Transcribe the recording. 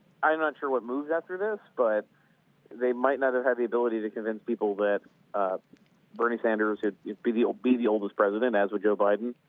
i'm not sure what move after this but they might not have had the ability to convince people that bernie sanders would be the ah be the oldest president as would you know biden.